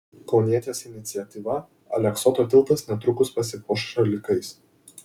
kaunietės iniciatyva aleksoto tiltas netrukus pasipuoš šalikais